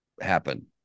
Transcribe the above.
happen